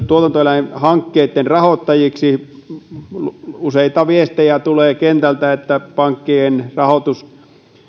tuotantoeläinhankkeitten rahoittajiksi useita viestejä tulee kentältä että pankkien rahoitus